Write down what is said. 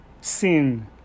sin